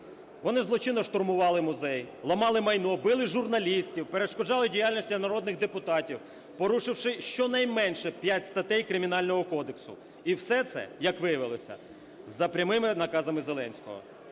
Вони злочинно штурмували музей, ламали майно, били журналістів, перешкоджали діяльності народних депутатів, порушивши щонайменше п'ять статей Кримінального кодексу. І все це, як виявилося, за прямими наказами Зеленського.